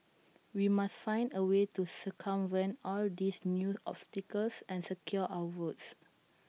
we must find A way to circumvent all these new obstacles and secure our votes